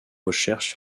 recherches